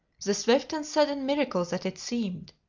the swift and sudden miracle that it seemed!